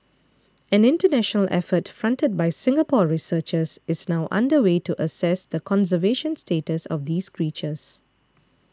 an international effort fronted by Singapore researchers is now under way to assess the conservation status of these creatures